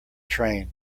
train